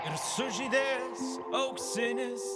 ir sužydės auksinis